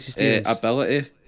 ability